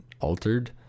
altered